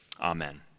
Amen